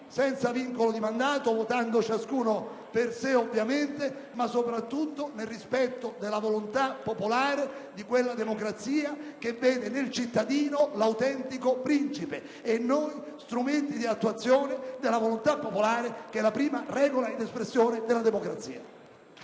senza vincolo di mandato, votando ciascuno per sé, ma soprattutto nel rispetto della volontà popolare e di quella democrazia che vede nel cittadino l'autentico principe e in noi gli strumenti di attuazione della volontà popolare, che è la prima regola ed espressione della democrazia.